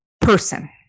person